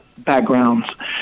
Backgrounds